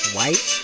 White